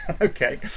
okay